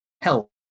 help